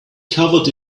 covered